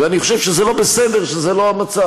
ואני חושב שזה לא בסדר שזה לא המצב.